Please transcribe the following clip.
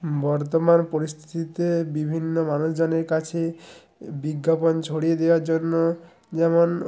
বর্তমান পরিস্থিতিতে বিভিন্ন মানুষজনের কাছে বিজ্ঞাপন ছড়িয়ে দেওয়ার জন্য যেমন